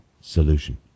solution